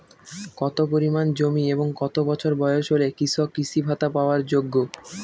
কত পরিমাণ জমি এবং কত বছর বয়স হলে কৃষক কৃষি ভাতা পাওয়ার যোগ্য?